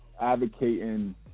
advocating